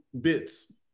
bits